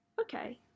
okay